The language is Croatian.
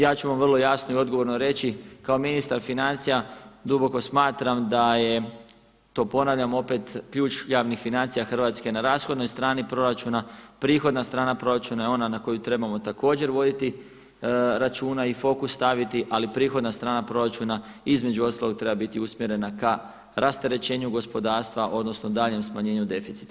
Ja ću vam vrlo jasno i odgovorno reći kao ministar financija duboko smatram da je, to ponavljam opet, ključ javnih financija Hrvatske na rashodnoj strani proračuna, prihoda strana proračuna je ona na koju trebamo također voditi računa i fokus staviti, ali prihodna strana proračuna između ostalog treba biti usmjerena ka rasterećenju gospodarstva odnosno daljnjem smanjenju deficita.